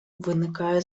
виникає